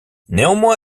néanmoins